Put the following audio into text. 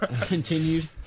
Continued